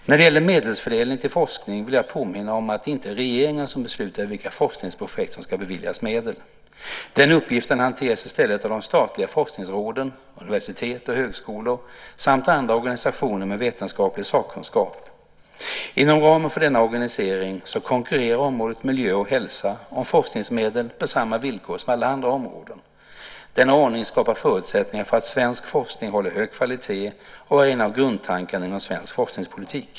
När det gäller medelsfördelning till forskning vill jag påminna om att det inte är regeringen som beslutar om vilka forskningsprojekt som ska beviljas medel. Den uppgiften hanteras i stället av de statliga forskningsråden, av universitet och högskolor samt av andra organisationer med vetenskaplig sakkunskap. Inom ramen för denna organisering konkurrerar området miljö och hälsa om forskningsmedel på samma villkor som alla andra områden. Denna ordning skapar förutsättningar för att svensk forskning håller hög kvalitet och är en av grundtankarna inom svensk forskningspolitik.